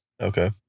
Okay